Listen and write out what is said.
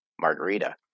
margarita